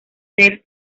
del